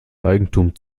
eigentum